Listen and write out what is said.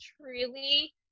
truly